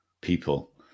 people